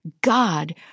God